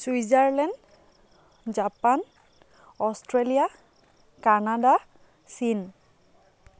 Switzerland Japan Australia Canada চীন